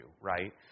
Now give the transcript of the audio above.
right